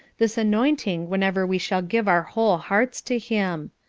this anointing whenever we shall give our whole hearts to him.